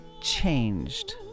changed